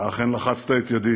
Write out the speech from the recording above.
אתה אכן לחצת את ידי